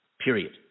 period